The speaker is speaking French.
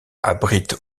abrite